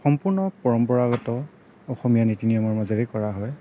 সম্পূৰ্ণ পৰম্পৰাগত অসমীয়া নীতি নিয়মৰ মাজেৰে কৰা হয়